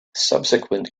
subsequent